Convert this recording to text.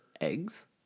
eggs